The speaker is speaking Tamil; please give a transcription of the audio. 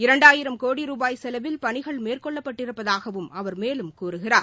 இரண்டாயிரம் கோடி ரூபாய் செலவில் பணிகள் மேற்கொள்ளப்பட்டிருப்பதாகவும் அவர் மேலும் கூறுகிறார்